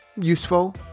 useful